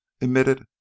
emitted